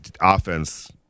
offense –